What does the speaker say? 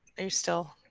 or you're still